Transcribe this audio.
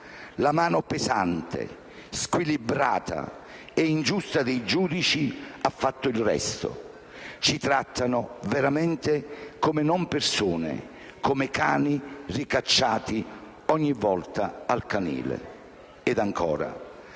La mano pesante, squilibrata e ingiusta dei giudici ha fatto il resto. Ci trattano veramente come non-persone, come cani ricacciati ogni volta al canile». E ancora: